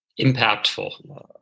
Impactful